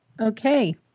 Okay